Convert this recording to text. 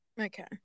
Okay